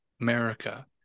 America